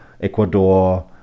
Ecuador